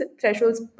thresholds